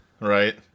right